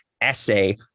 essay